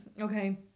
Okay